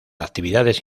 actividades